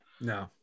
No